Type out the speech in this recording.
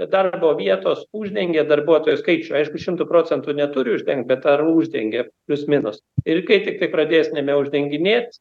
darbo vietos uždengia darbuotojų skaičių aišku šimtu procentų neturi uždengt bet ar uždengia plius minus ir kai tiktai pradės nebeuždenginėt